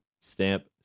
stamp